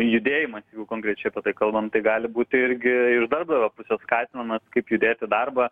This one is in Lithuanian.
judėjimas jeigu konkrečiai apie tai kalbam tai gali būti irgi iš darbdavio pusės skatinamas kaip judėt į darbą